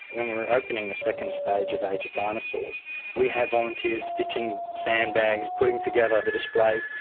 when we were opening the second stage of age of dinosaurs we had volunteers stitching sandbags, putting together the displays,